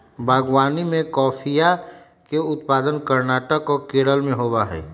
बागवनीया में कॉफीया के उत्पादन कर्नाटक और केरल में होबा हई